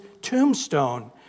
tombstone